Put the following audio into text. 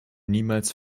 niemals